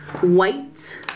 white